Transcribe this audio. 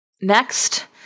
Next